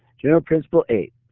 general principle eight,